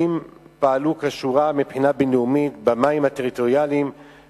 אם פעלו כשורה מבחינה בין-לאומית במים הטריטוריאליים,